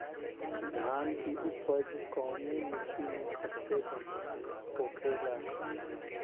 धान की उपज कवने मिट्टी में सबसे बढ़ियां होखेला?